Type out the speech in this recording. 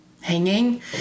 hanging